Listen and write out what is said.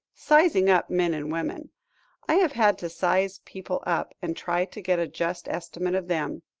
sizing up men and women i have had to size people up, and try to get a just estimate of them.